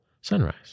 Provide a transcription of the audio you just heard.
sunrise